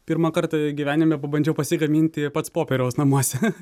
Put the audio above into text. pirmą kartą gyvenime pabandžiau pasigaminti pats popieriaus namuose